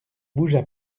bougea